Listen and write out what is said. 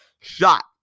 shot